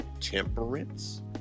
temperance